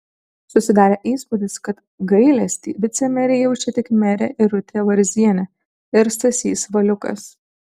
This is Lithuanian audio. susidarė įspūdis kad gailestį vicemerei jaučia tik merė irutė varzienė ir stasys valiukas